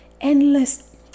endless